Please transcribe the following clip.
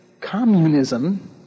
communism